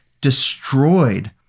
destroyed